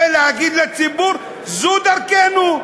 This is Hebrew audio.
ולהגיד לציבור: זו דרכנו.